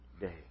day